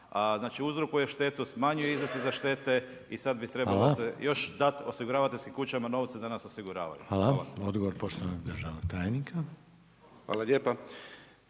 znači uzrokuje štetu, smanjuje iznose za štete i sad bi trebala se još dati osiguravateljskim kućama novce da nas osiguravaju. Hvala. **Reiner, Željko (HDZ)** Hvala.